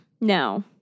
no